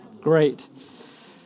Great